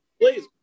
please